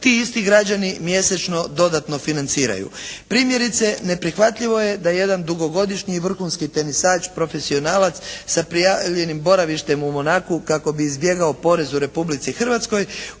ti isti građani mjesečno dodatno financiraju. Primjerice neprihvatljivo je da jedan dugogodišnji vrhunski tenisač, profesionalac sa prijavljenim boravištem u Monaku kako bi izbjegao porez u Republici Hrvatskoj